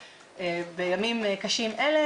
בימים קשים אלה,